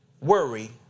worry